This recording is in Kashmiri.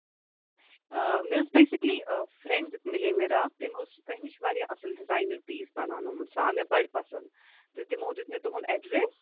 مےٚ ٲس بیسِکٔلی فرٛٮ۪نٛڈ مِلے مےٚ راتھ تٔمۍ اوس تۄہہِ نِش واریاہ اَصٕل ڈِزاینَر پیٖس بَناونومُت سُہ آو مےٚ بَڑٕ پَسنٛد تہٕ تِمو دیُت مےٚ تُہُنٛد اٮ۪ڈرٮ۪س